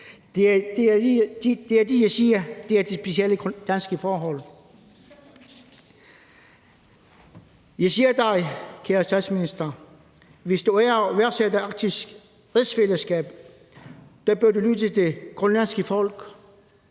er det, jeg kalder det specielle danske forhold. Jeg siger dig, kære statsminister, hvis du ærer og værdsætter Arktis og rigsfællesskabet, bør du lytte til det grønlandske folk.